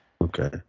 Okay